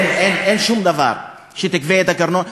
אין שום דבר שיגבה את הארנונה,